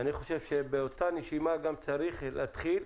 אני חושב שבאותה נשימה צריך גם להתחיל